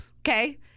Okay